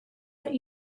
what